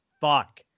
fuck